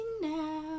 now